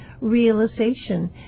realization